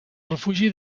refugi